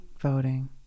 voting